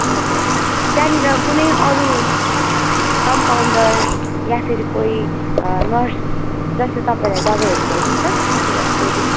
हजुर त्यहाँनिर कुनै अरू कम्पाउन्डर या फिर कोही नर्स जस्तो तपाईँलाई दबाईहरू ल्याइदिन्छ त्यस्तो कुराहरू ल्याइदिन्छ